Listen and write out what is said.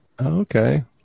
Okay